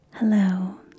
Hello